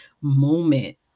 moment